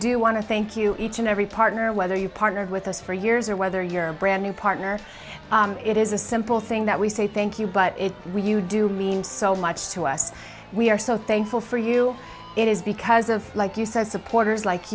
do want to thank you each and every partner whether you partnered with us for years or whether you're a brand new partner it is a simple thing that we say thank you but we you do mean so much to us we are so thankful for you it is because of like you said supporters like